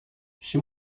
she